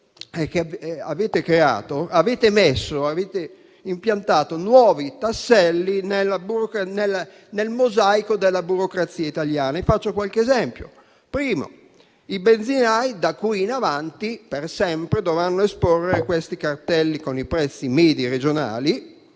questo è che avete impiantato nuovi tasselli nel mosaico della burocrazia italiana. Faccio qualche esempio. Il primo è che i benzinai da qui in avanti, per sempre, dovranno esporre questi cartelli con i prezzi medi regionali